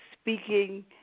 speaking